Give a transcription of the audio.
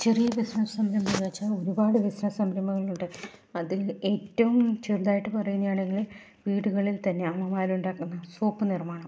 ചെറിയ ബിസിനസ് സംരംഭം എന്നു വെച്ചാൽ ഒരുപാട് ബിസിനസ് സംരംഭങ്ങളുണ്ട് അതിൽ ഏറ്റവും ചെറുതായിട്ട് പറയുന്നയാണെങ്കിൽ വീടുകളിൽ തന്നെ അമ്മമാർ ഉണ്ടാക്കുന്ന സോപ്പു നിർമ്മാണം